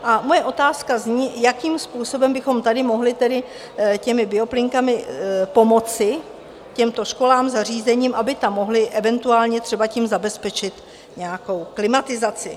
A moje otázka zní: jakým způsobem bychom tady mohli tedy bioplynkami pomoci těmto školám, zařízením, aby tam mohly eventuálně třeba tím zabezpečit nějakou klimatizaci?